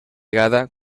vegada